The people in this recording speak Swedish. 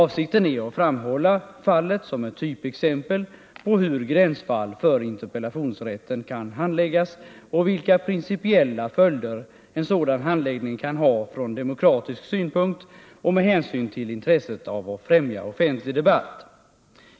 Avsikten är att framhålla fallet som ett typexempel på hur gränsfall för interpellationsrätten kan handläggas och vilka principiella följder en sådan handläggning kan ha från demokratisk synpunkt och med hänsyn till intresset av att främja offentlig debatt.